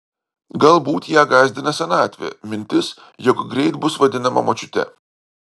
galbūt ją gąsdina senatvė mintis jog greit bus vadinama močiute